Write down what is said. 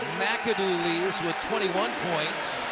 mcadoo leaves with twenty one points.